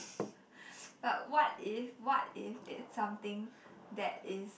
but what if what if it's something that is